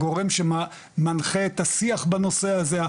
הגורם שמנחה את השיח בנושא הזה,